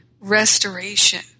restoration